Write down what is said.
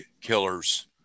killers